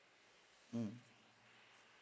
mm